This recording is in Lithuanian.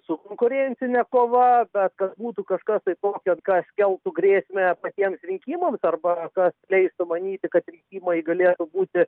su konkurencine kova bet kad kažkas būtų tokio kas keltų grėsmę patiems rinkimams arba kas leistų manyti kad rinkimai galėjo būti